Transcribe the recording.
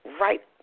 right